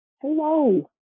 Hello